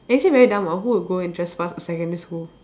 actually very dumb ah who will go and trespass secondary school